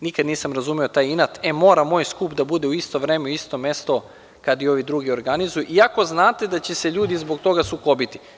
Nikada nisam razumeo taj inat – e, mora moj skup da bude u isto vreme, isto mesto kada i ovi drugi organizuju iako znate da će se ljudi zbog toga sukobiti.